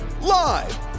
live